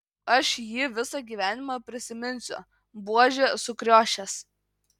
aš jį visą gyvenimą prisiminsiu buožė sukriošęs